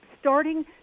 starting